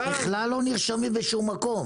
הם בכלל לא נרשמים בשום מקום.